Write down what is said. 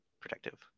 Protective